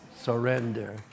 Surrender